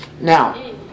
Now